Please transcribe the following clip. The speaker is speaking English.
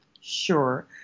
Sure